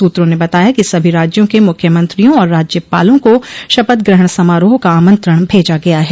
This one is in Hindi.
सत्रों ने बताया कि सभी राज्यों के मुख्यमंत्रियों और राज्यपालों को शपथ ग्रहण समारोह का आमंत्रण भेजा गया है